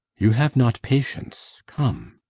you have not patience come.